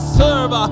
serve